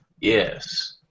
Yes